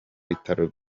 bitaro